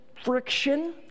friction